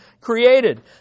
created